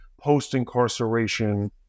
post-incarceration